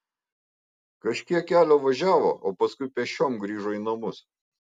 kažkiek kelio važiavo o paskui pėsčiom grįžo į namus